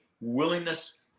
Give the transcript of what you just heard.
willingness